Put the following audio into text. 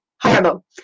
Horrible